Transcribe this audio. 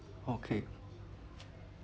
okay